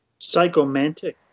Psychomantic